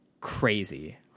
crazy